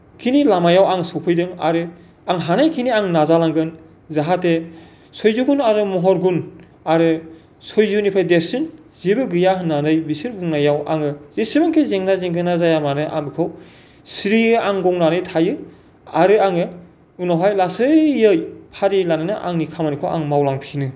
खिनि लामायाव आं सौफैदों आरो आं हानायखिनि आं नाजालांगोन जाहाथे सैज्य'गुन आरो महरगुन आरो सैज्य'निफ्राय देरसिन जेबो गैया होननानै बिसोर बुंनायाव आङो जेसेबांखि जेंना जेंगोना जाया मानो आं बेखौ स्रियै आं गंनानै थायो आरो आङो उनावहाय लासैयै फारि लानानै आंनि खामानिखौ आं मावलांफिनो